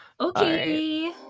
okay